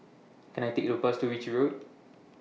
Can I Take A Bus to Ritchie Road